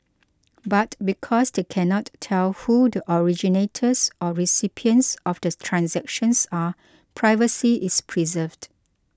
but because they cannot tell who the originators or recipients of the transactions are privacy is preserved